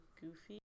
goofy